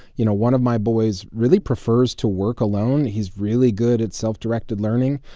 you know, one of my boys really prefers to work alone. he's really good at self-directed learning.